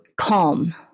calm